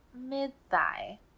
mid-thigh